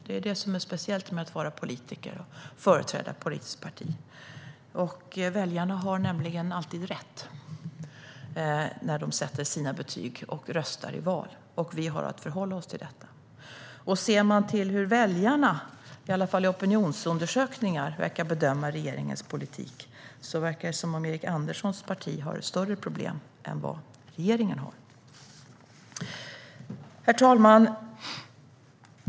Det är det som är speciellt med att vara politiker och företräda ett politiskt parti. Väjarna har nämligen alltid rätt när de sätter sina betyg och röstar i val, och vi har att förhålla oss till detta. Och sett till hur väljarna, i alla fall i opinionsundersökningar, bedömer regeringens politik verkar det som att Erik Anderssons parti har större problem än vad regeringen har. Herr talman!